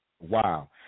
Wow